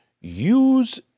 use